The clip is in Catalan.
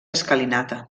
escalinata